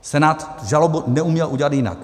Senát žalobu neuměl udělat jinak.